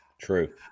True